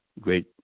great